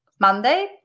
Monday